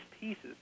pieces